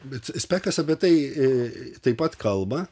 bet spekas apie tai taip pat kalba